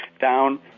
down